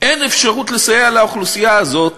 אין אפשרות לסייע לאוכלוסייה הזאת